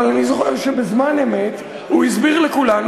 אבל אני זוכר שבזמן אמת הוא הסביר לכולנו